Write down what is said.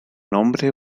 nombre